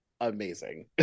amazing